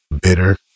bitter